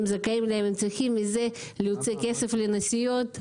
הם צריכים מזה להוסיף כסף לנסיעות?